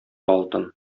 алтын